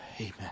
Amen